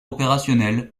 opérationnelle